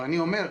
ואני אומר,